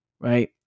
Right